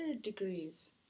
degrees